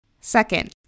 Second